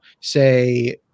say